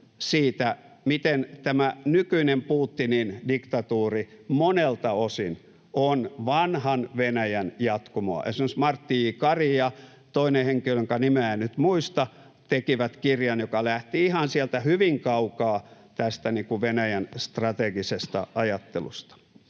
miten tämä nykyinen Putinin diktatuuri monelta osin on vanhan Venäjän jatkumoa. Esimerkiksi Martti J. Kari ja toinen henkilö, jonka nimeä en nyt muista, tekivät kirjan, joka lähti ihan sieltä hyvin kaukaa, tästä Venäjän strategisesta ajattelusta.